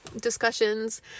discussions